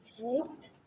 Okay